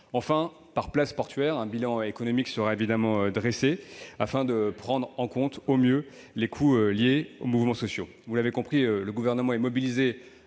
Enfin, par place portuaire, un bilan économique sera évidemment dressé, afin de prendre en compte au mieux les coûts liés aux mouvements sociaux. Vous l'avez compris, le Gouvernement est mobilisé,